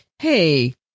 Hey